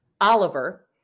Oliver